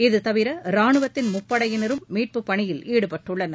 இதுதவிர ராணுவத்தின் முப்படையினரும் மீட்புப்பணியில் ஈடுபட்டுள்ளனர்